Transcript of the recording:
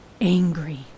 Angry